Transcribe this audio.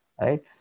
Right